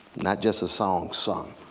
not just a song sung.